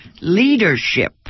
leadership